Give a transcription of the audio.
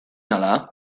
ala